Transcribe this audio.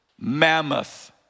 mammoth